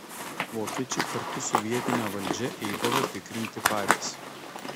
vokiečiai kartu su vietine valdžia eidavo tikrinti patys